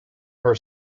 her